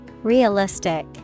Realistic